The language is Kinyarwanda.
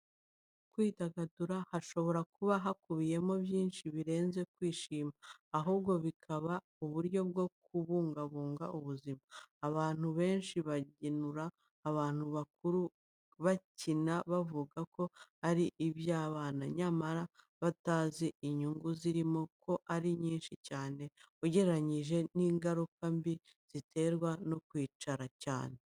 Kwidagadura hashobora kuba hakubiyemo byinshi birenze kwishimisha, ahubwo bikaba uburyo bwo kubungabunga ubuzima. Abantu benshi banegura abantu bakuru bakina, bavuga ko ari iby'abana, nyamara batazi inyungu zirimo ko ari nyinshi cyane ugereranyije n'ingaruka mbi ziterwa no kwicara cyane.